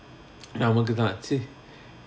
நமக்குதான்:namakkuthaan